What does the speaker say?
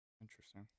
Interesting